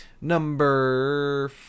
Number